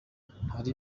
hari